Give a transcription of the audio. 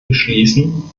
beschließen